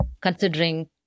considering